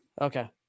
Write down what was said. Okay